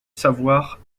savoir